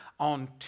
On